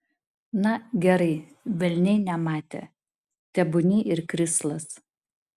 na gerai velniai nematė tebūnie ir krislas